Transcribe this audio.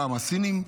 פעם הסינים,